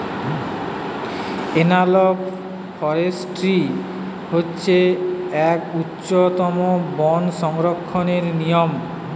analogue forestry হচ্ছে এক উন্নতম বন সংরক্ষণের নিয়ম